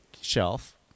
shelf